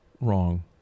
wrong